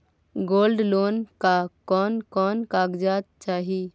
Gold loan ला कौन कौन कागजात चाही?